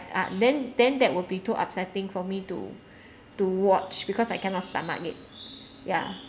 then then that will be too upsetting for me to to watch because I cannot stomach it ya